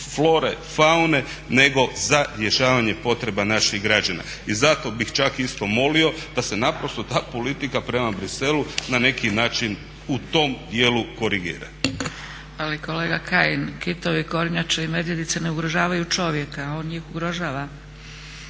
flore, faune nego za rješavanje potreba naših građana. I zato bih čak isto molio da se naprosto ta politika prema Bruxellesu na neki način u tom dijelu korigira. **Zgrebec, Dragica (SDP)** Ali kolega Kajin, kitovi, kornjače i medvjedice ne ugrožavaju čovjeka, on njih ugrožava.